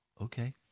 Okay